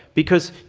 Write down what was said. because,